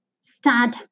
Start